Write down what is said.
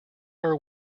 are